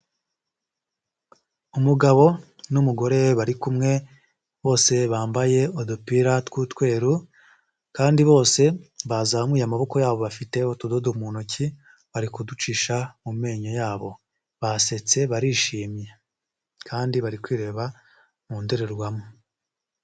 Umugabo n'umugore we bari kumwe bose bambaye udupira tw'utweru kandi bose bazamuye amaboko yabo bafite utudodo mu ntoki bari kuducisha mu menyo yabo, basetse barishimye kandi bari kwireba mu ndorerwamo.